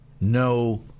no